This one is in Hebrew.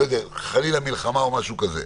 חלילה מלחמה או משהו כזה,